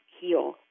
heal